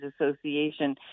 Association